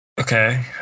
okay